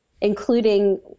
including